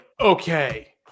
Okay